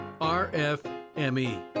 RFME